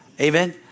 Amen